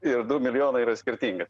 ir du milijonai yra skirtingi